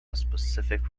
specific